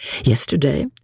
Yesterday